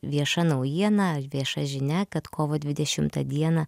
vieša naujiena vieša žinia kad kovo dvidešimtą dieną